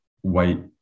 white